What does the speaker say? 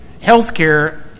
healthcare